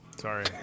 Sorry